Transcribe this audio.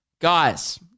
guys